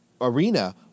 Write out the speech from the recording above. arena